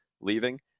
leaving